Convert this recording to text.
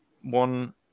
one